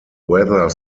weather